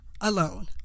alone